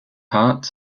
hart